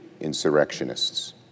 insurrectionists